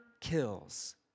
kills